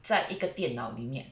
在一个电脑里面